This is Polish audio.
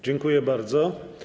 Dziękuję bardzo.